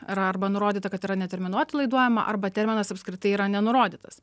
yra arba nurodyta kad yra neterminuotai laiduojama arba terminas apskritai yra nenurodytas